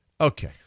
Okay